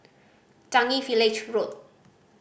Changi Village Road